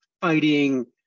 fighting